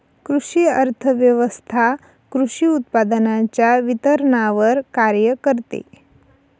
कृषी अर्थव्यवस्वथा कृषी उत्पादनांच्या वितरणावर कार्य करते